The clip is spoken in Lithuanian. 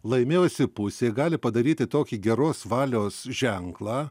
laimėjusi pusė gali padaryti tokį geros valios ženklą